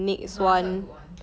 is my answer a good one